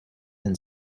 and